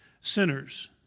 sinners